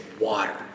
water